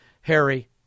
Harry